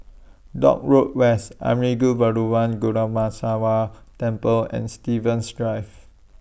Dock Road West Arulmigu Velmurugan Temple and Stevens Drive